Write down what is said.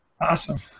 Awesome